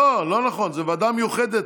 לא, לא נכון, זו ועדה מיוחדת.